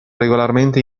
regolarmente